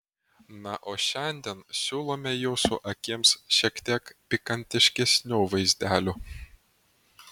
na o šiandien siūlome jūsų akims šiek tiek pikantiškesnių vaizdelių